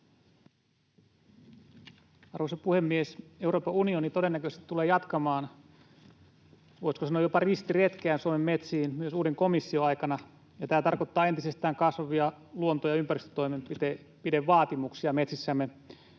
Arvoisa puhemies! Euroopan unioni todennäköisesti tulee jatkamaan — voisiko sanoa jopa — ristiretkeään Suomen metsiin myös uuden komission aikana. Tämä tarkoittaa entisestään kasvavia luonto- ja ympäristötoimenpidevaatimuksia metsissämme.